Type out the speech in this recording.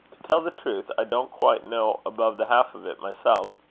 to tell the truth, i don't quite know above the half of it myself.